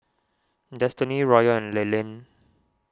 Destiny Royal and Leland